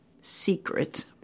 secret